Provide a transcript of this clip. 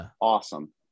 awesome